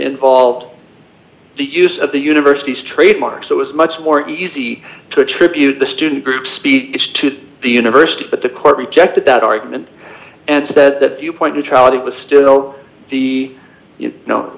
involved the use of the university's trademark so it's much more easy to attribute the student group speech to the university but the court rejected that argument and said that viewpoint neutrality was still the you know